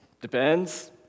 Depends